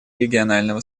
регионального